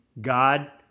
God